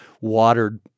watered